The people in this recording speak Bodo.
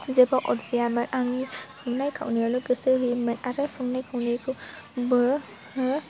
जेबो अरजायामोन आंनि संनाय खावनायावल' गोसो होयोमोन आरो संनाय खावनायखौ